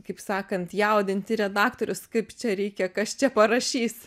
kaip sakant jaudinti redaktorius kaip čia reikia kas čia parašys